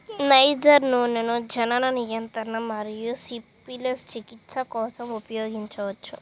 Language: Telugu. నైజర్ నూనెను జనన నియంత్రణ మరియు సిఫిలిస్ చికిత్స కోసం ఉపయోగించవచ్చు